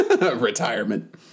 Retirement